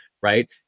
right